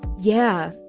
yeah,